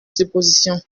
supposition